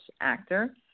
actor